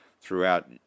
throughout